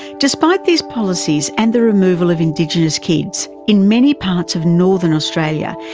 despite these policies and the removal of indigenous kids, in many parts of northern australia,